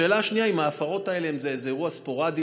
השאלה השנייה היא אם ההפרות האלה הן איזה אירוע ספורדי,